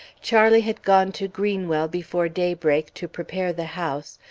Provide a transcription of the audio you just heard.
charlie had gone to greenwell before daybreak, to prepare the house,